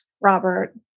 Robert